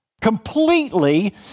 completely